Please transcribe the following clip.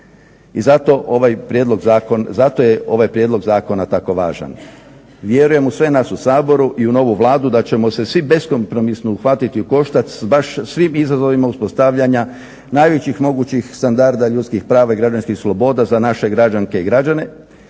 i zato je ovaj prijedlog zakona tako važan. Vjerujem u sve nas u Saboru i u novu Vladu da ćemo se svi beskompromisno uhvatiti u koštac baš sa svim izazovima uspostavljanja najvećih mogućih standarda ljudskih prava i građanskih sloboda za naše građanke i građanke.